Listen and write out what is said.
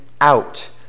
out